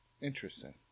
Interesting